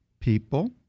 People